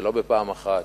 זה לא בפעם אחת,